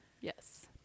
Yes